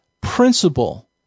principle